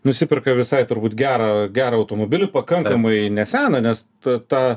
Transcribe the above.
nusiperka visai turbūt gerą gerą automobilį pakankamai neseną nes ta ta